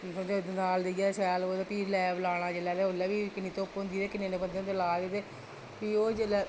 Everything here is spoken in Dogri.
ते दंदाल लेइयै शैल ते भी दंदाल लाना जेल्लै भी बी किन्नी धुप्प होंदी ते किन्ने बंदे होंदे लाए दे ते भी ओह् जेल्लै